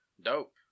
Dope